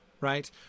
Right